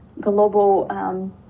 global